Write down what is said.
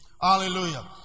Hallelujah